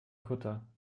kutter